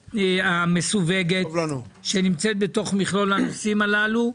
המסווגת שנמצאת בתוך מכלול הנושאים הללו.